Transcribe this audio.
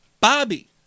Bobby